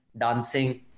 dancing